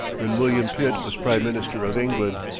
when william pitt was prime minister of england.